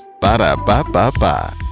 Ba-da-ba-ba-ba